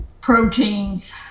proteins